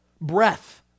Breath